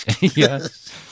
Yes